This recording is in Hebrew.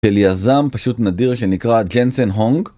של יזם פשוט נדיר שנקרא ג'נסן הונג